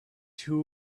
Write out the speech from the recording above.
two